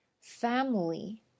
family